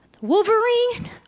Wolverine